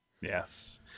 Yes